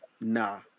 nah